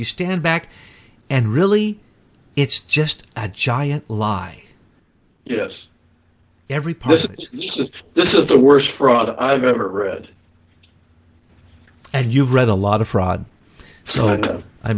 you stand back and really it's just a giant lie yes every president since this is the worst fraud i've ever read and you've read a lot of fraud so i